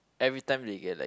everytime they get like